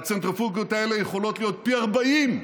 והצנטריפוגות האלה יכולות להיות פי 40,